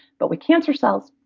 but with cancer cells,